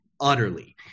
utterly